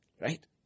Right